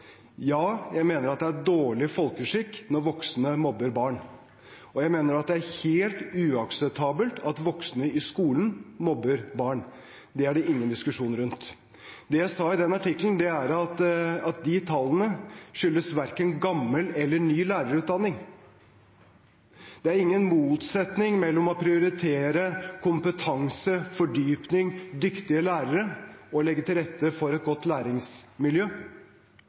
Ja, jeg mener at det er dårlig folkeskikk når voksne mobber barn, og jeg mener at det er helt uakseptabelt at voksne i skolen mobber barn. Det er det ingen diskusjon rundt. Det jeg sa i den artikkelen, var at de tallene verken skyldes gammel eller ny lærerutdanning. Det er ingen motsetning mellom å prioritere kompetanse, fordypning og dyktige lærere og å legge til rette for et godt læringsmiljø.